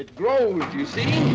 it grows you see